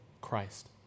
Christ